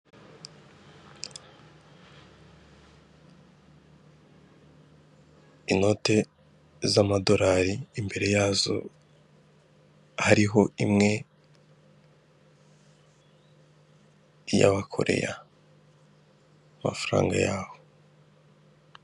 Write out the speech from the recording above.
Inote z'amadolari imbere yazo hariho imwe iy'abakoreya amafaranga yaho.